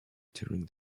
during